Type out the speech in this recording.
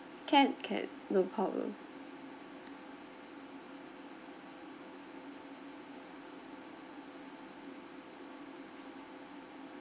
can can no problem